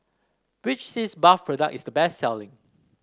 which Sitz Bath product is the best selling